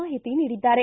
ಮಾಹಿತಿ ನೀಡಿದ್ದಾರೆ